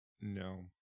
No